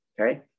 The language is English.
Okay